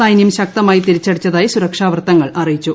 സൈന്യം ശക്തമായി തിരിച്ചടിച്ചതായി സുരക്ഷാ വൃത്തങ്ങൾ അറിയിച്ചു